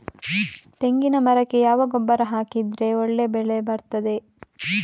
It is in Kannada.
ತೆಂಗಿನ ಮರಕ್ಕೆ ಯಾವ ಗೊಬ್ಬರ ಹಾಕಿದ್ರೆ ಒಳ್ಳೆ ಬೆಳೆ ಬರ್ತದೆ?